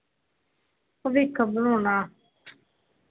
ਭਵਿੱਖ ਬਣਾਉਣਾ